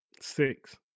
six